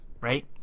right